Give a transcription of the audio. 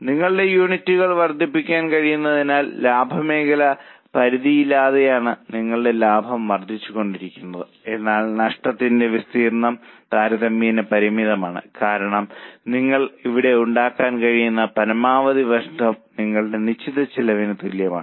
നിങ്ങളുടെ യൂണിറ്റുകൾ വർദ്ധിപ്പിക്കാൻ കഴിയുന്നതിനാൽ ലാഭ മേഖല പരിധിയില്ലാത്തതാണ് നിങ്ങളുടെ ലാഭം വർദ്ധിച്ചുകൊണ്ടിരിക്കും എന്നാൽ നഷ്ടത്തിന്റെ വിസ്തീർണ്ണം താരതമ്യേന പരിമിതമാണ് കാരണം നിങ്ങൾക്ക് ഇവിടെ ഉണ്ടാക്കാൻ കഴിയുന്ന പരമാവധി നഷ്ടം നിങ്ങളുടെ നിശ്ചിത ചെലവിന് തുല്യമാണ്